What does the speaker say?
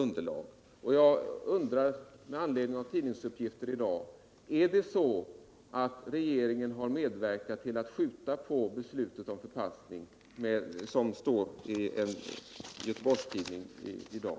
Jag vill sluta med en fråga: Är det så att regeringen i detta fall har medverkat till att skjuta på förpassningen, som det uppges i en göteborgstidning i dag?